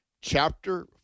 chapter